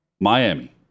Miami